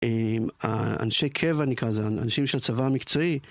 אנשי קבע נקרא לזה, אנשים של צבא המקצועי